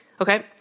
Okay